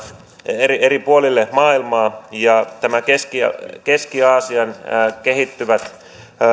eri eri puolille maailmaa ja nämä keski aasian kehittyvät